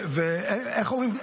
איך אומרים?